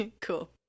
Cool